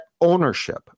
ownership